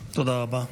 תודה רבה.